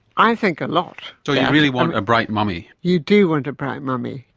i think a lot. so you really want a bright mummy? you do want a bright mummy.